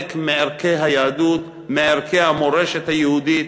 התרחק מערכי היהדות, מערכי המורשת היהודית.